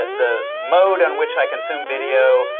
the mode on which i consume video,